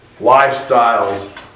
lifestyles